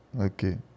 Okay